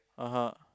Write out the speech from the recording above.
(uh huh)